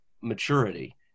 maturity